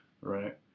right